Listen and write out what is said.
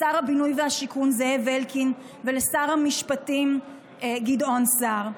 לשר הבינוי והשיכון זאב אלקין ולשר המשפטים גדעון סער.